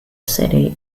city